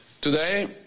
Today